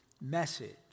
message